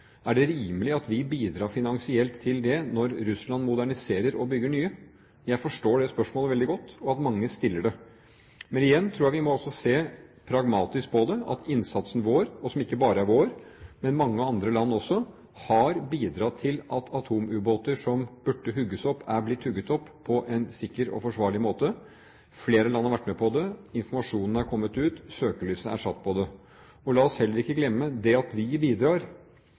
Er det rimelig at vi bidrar finansielt til det når Russland moderniserer og bygger nye? Jeg forstår det spørsmålet veldig godt og at mange stiller det. Men igjen tror jeg vi må se pragmatisk på det, at innsatsen vår – som ikke bare er vår, men mange andre lands også – har bidratt til at atomubåter som burde hugges opp, har blitt hugget opp på en sikker og forsvarlig måte. Flere land har vært med på det. Informasjonen har kommet ut, og søkelyset er satt på det. La oss heller ikke glemme at det at vi bidrar